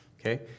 Okay